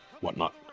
whatnot